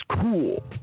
cool